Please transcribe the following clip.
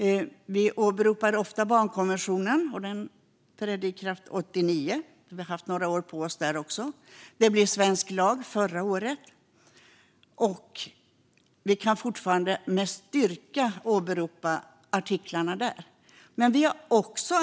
Vi åberopar ofta barnkonventionen från 1989, så vi har haft några år på oss. Den blev svensk lag förra året, och vi kan med styrka åberopa artiklarna där.